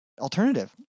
alternative